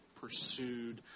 pursued